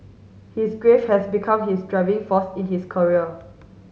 his grief has become his driving force in his career